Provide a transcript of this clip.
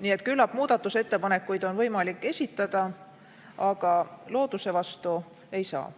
Nii et küllap muudatusettepanekuid on võimalik esitada, aga looduse vastu ei saa.